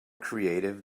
creative